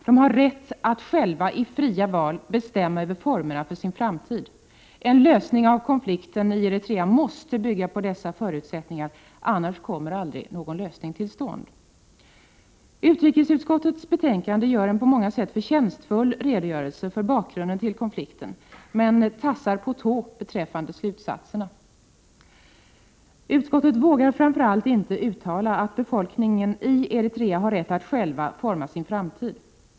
De har rätt att själva i fria val bestämma över formerna för sin framtid. En lösning av konflikten i Eritrea måste bygga på dessa förutsättningar, annars kommer aldrig någon lösning till stånd. Utrikesutskottets betänkande ger en på många sätt förtjänstfull redogörelse för bakgrunden till konflikten, men tassar på tå beträffande slutsatserna. Utskottet vågar framför allt inte uttala att befolkningen i Eritrea har rätt att själv forma sin framtid.